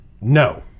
no